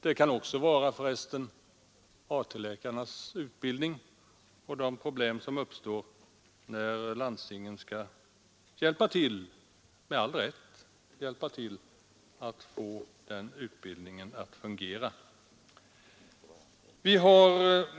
Det kan också gälla AT-läkarnas utbildning och de problem som uppstår när landstingen skall, med rätta, hjälpa till att få den utbildningen att fungera.